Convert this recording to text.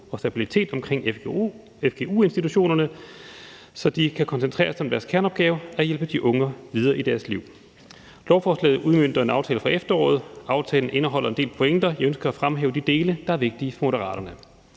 og stabilitet omkring fgu-institutionerne, så de kan koncentrere sig om deres kerneopgave og hjælpe de unge videre i deres liv. Lovforslaget udmønter en aftale fra efteråret. Aftalen indeholder en del pointer, og jeg ønsker at fremhæve de dele, der er vigtige for Moderaterne.